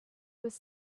was